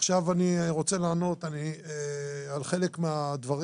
עכשיו אני רוצה לענות על חלק מהדברים.